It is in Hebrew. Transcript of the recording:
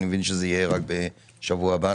אני מבין שזה יהיה בשבוע הבא.